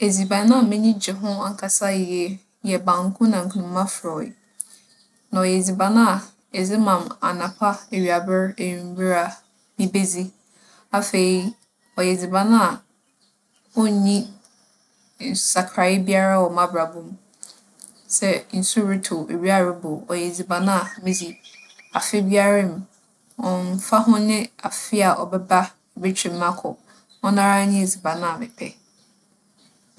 Edziban a m'enyi gye ho ankasa yie yɛ banku na nkunuma frͻwee. Na ͻyɛ edziban a edze ma me anapa, ewiaber, ewimber a, mibedzi. Afei, ͻyɛ edziban a onnyi nsakrae biara wͻ m'abrabͻ mu, sɛ nsu rotͻ oo, ewia robͻ oo, ͻyɛ edziban a midzi. Afe biara mu, ͻmmfa ho nye afe a ͻbɛba ebotwa mu akͻ, ͻnoara nye edziban a mepɛ.